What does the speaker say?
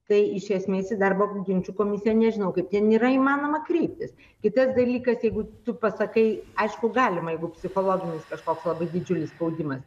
tai iš esmės į darbo ginčų komisiją nežinau kaip ten yra įmanoma kreiptis kitas dalykas jeigu tu pasakai aišku galima jeigu psichologinis kažkoks labai didžiulis spaudimas